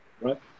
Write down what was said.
right